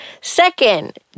Second